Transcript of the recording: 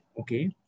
okay